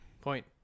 Point